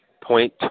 point